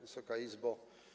Wysoka Izbo!